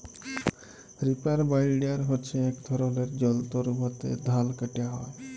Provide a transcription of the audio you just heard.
reaper binder হছে ইক ধরলের যল্তর উয়াতে ধাল কাটা হ্যয়